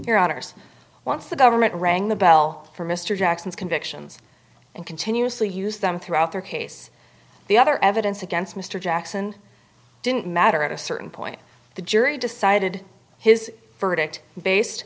your honour's once the government rang the bell for mr jackson's convictions and continuously used them throughout their case the other evidence against mr jackson didn't matter at a certain point the jury decided his verdict based